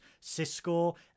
Cisco